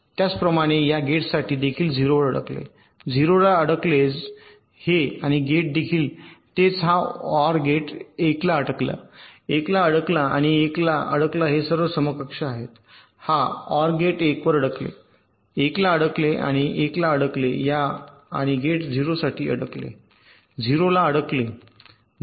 त्याचप्रमाणे या आणि गेटसाठी देखील 0 वर अडकले 0 ला अडकले 0 ला अडकले हे आणि गेट देखील तेच हा ओआर गेट 1 ला अडकला 1 ला अडकला आणि 1 ला अडकला हे सर्व समकक्ष आहेत हा ओआर गेट 1 वर अडकले 1 ला अडकले आणि 1 ला अडकले या आणि गेट 0 साठी अडकले 0 ला अडकले ०